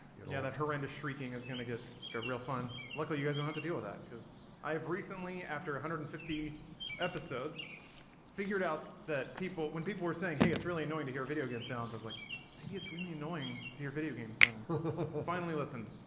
yeah, that horrendous shrieking is gonna get that real fun luckily you guys don't have to deal with that because i have recently after one hundred and fifty episodes figured out that people when people were saying hey, it's really annoying to hear video game sounds i was like maybe it's really annoying to your video game. sounds well finally listened